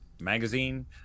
magazine